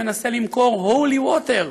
מנסה למכור holy water,